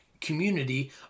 community